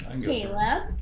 Caleb